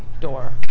door